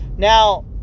Now